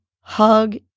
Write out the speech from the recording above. hug